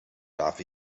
darf